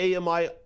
AMI